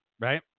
Right